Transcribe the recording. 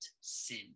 sin